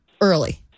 early